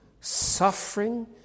suffering